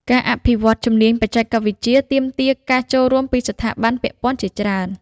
ការអភិវឌ្ឍជំនាញបច្ចេកវិទ្យាទាមទារការចូលរួមពីស្ថាប័នពាក់ព័ន្ធជាច្រើន។